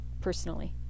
personally